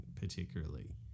particularly